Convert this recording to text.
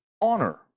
honor